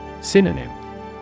Synonym